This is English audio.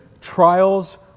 trials